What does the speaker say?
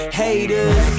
haters